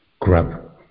grab